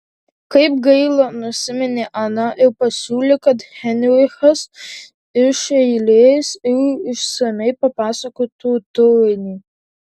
kaip gaila nusiminė ana ir pasiūlė kad heinrichas iš eilės ir išsamiai papasakotų turinį